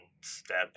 step